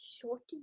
Shorty